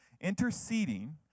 interceding